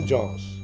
Jones